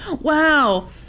wow